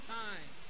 time